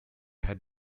had